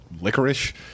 licorice